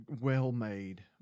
well-made